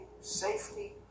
safety